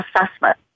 assessment